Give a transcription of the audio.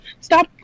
Stop